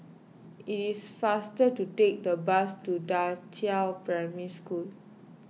it is faster to take the bus to Da Qiao Primary School